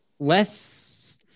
Less